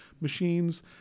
machines